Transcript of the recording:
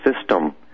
system